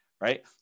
Right